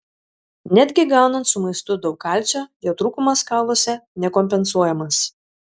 netgi gaunant su maistu daug kalcio jo trūkumas kauluose nekompensuojamas